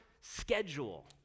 schedule